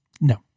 No